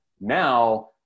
now